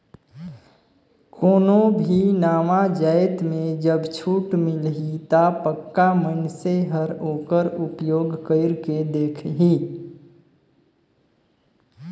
कोनो भी नावा जाएत में जब छूट मिलही ता पक्का मइनसे हर ओकर उपयोग कइर के देखही